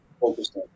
focused